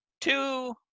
two